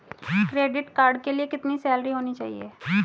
Credit card के लिए कितनी सैलरी होनी चाहिए?